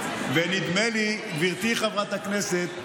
גברתי חברת הכנסת,